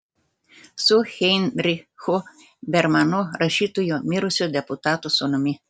su heinrichu bermanu rašytoju mirusio deputato sūnumi